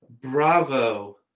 bravo